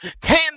Ten